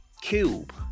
Cube